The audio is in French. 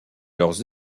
leurs